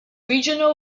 regional